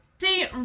See